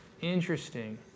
Interesting